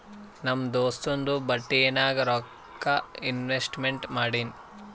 ನಮ್ ದೋಸ್ತುಂದು ಬಟ್ಟಿ ನಾಗ್ ರೊಕ್ಕಾ ಇನ್ವೆಸ್ಟ್ಮೆಂಟ್ ಮಾಡಿನಿ